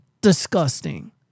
Disgusting